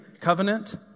covenant